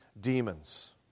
demons